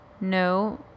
No